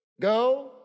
Go